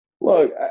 Look